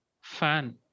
fan